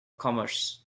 commerce